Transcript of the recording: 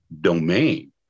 domain